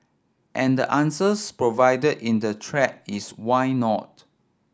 and answers provided in the thread is why not